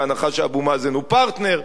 בהנחה שאבו מאזן הוא פרטנר.